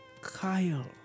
Kyle